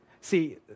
See